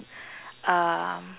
um